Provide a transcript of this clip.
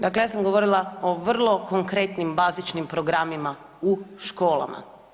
Dakle, ja sam govorila o vrlo konkretnim bazičnim programima u školama.